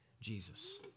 Jesus